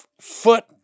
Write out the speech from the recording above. foot